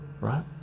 right